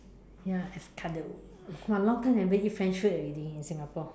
ya !wah! long time never eat French food already in Singapore